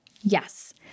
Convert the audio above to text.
yes